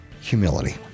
humility